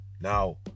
now